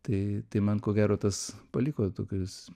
tai tai man ko gero tas paliko tokius